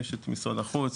יש את משרד החוץ,